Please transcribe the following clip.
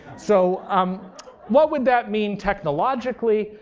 so um what would that mean technologically?